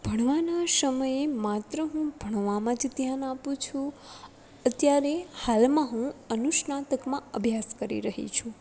ભણવાના સમયે માત્ર હું ભણવામાં જ ધ્યાન આપું છું અત્યારે હાલમાં હું અનુ સ્નાતકમાં અભ્યાસ કરી રહી છું